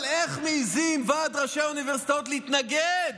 אבל איך מעיזים ועד ראשי האוניברסיטאות להתנגד